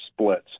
splits